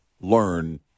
learn